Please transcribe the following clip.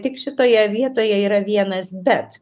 tik šitoje vietoje yra vienas bet